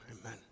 Amen